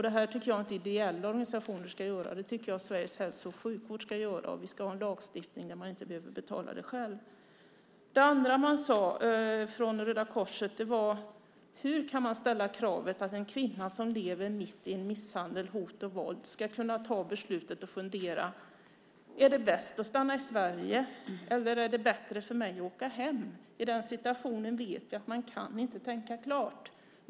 Detta tycker jag inte att ideella organisationer ska göra. Det tycker jag att Sveriges hälso och sjukvård ska göra. Vi ska ha en lagstiftning om att man inte ska behöva betala det själv. Det andra man sade från Röda Korset var följande. Hur kan man ställa kravet att en kvinna som lever mitt i misshandel, hot och våld ska fundera och behöva fatta beslutet: Är det bäst att stanna i Sverige, eller är det bättre för mig att åka hem? I den situationen vet vi att man inte kan tänka klart.